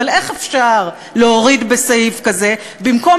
אבל איך אפשר להוריד בסעיף כזה במקום